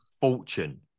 fortune